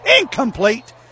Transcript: incomplete